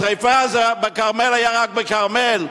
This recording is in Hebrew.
השרפה בכרמל היתה רק בכרמל,